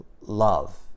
love